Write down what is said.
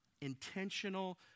intentional